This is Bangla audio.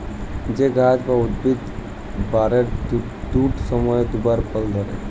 যে গাহাচ বা উদ্ভিদ বারের দুট সময়ে দুবার ফল ধ্যরে